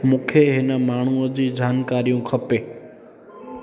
मूंखे हिन माण्हूअ जी जानकारियूं खपे